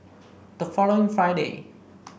the following Friday